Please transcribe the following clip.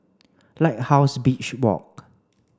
Lighthouse Beach Walk